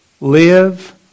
live